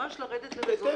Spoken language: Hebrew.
ממש לרדת לרזולוציות.